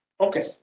Okay